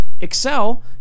Excel